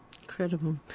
Incredible